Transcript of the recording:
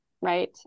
right